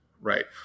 right